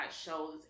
shows